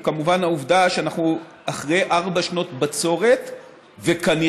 הוא כמובן העובדה שאנחנו אחרי ארבע שנות בצורת וכנראה,